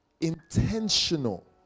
intentional